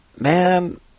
Man